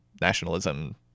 nationalism